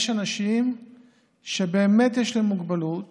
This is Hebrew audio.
יש אנשים שבאמת יש להם מוגבלות